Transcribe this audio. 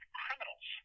criminals